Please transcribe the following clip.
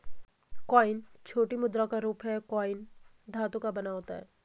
coin छोटी मुद्रा का रूप है कॉइन धातु का बना होता है